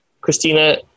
Christina